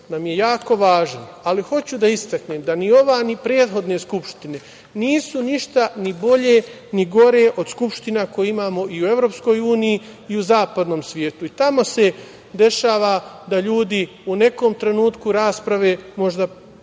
nam je jako važan, ali hoću da istaknem da ni ova ni prethodne skupštine nisu ništa ni bolje ni gore od skupština koje imamo i u EU i u zapadnom svetu. I tamo se dešava da ljudi u nekom trenutku rasprave pređu